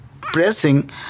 pressing